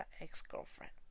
ex-girlfriend